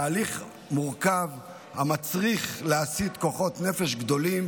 תהליך מורכב המצריך להסיט כוחות נפש גדולים